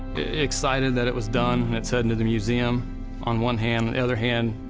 excited that it was done and it's heading to the museum on one hand. the other hand,